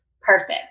perfect